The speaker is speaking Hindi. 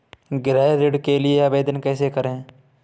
गृह ऋण के लिए आवेदन कैसे करें?